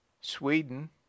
Sweden